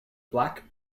black